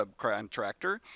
subcontractor